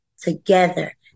together